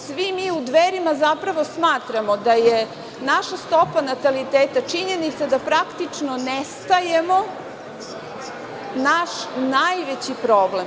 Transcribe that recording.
Svi mi u Dverima zapravo smatramo da je naša stopa nataliteta činjenica da praktično nestajemo naš najveći problem.